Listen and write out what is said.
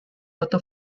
auto